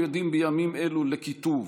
אנו עדים בימים אלו לקיטוב,